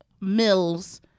Mills